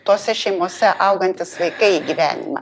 tose šeimose augantys vaikai į gyvenimą